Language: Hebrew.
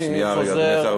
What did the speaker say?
שנייה, רגע, אדוני השר.